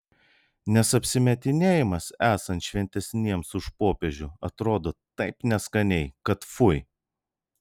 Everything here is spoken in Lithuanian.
nes apsimetinėjimas esant šventesniems už popiežių atrodo taip neskaniai kad fui